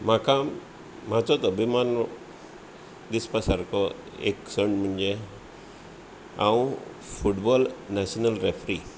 म्हाका म्हाजोच अभिमान दिसपा सारको एक क्षण म्हणजे हांव फुटबॉल नॅशनल रेफ्री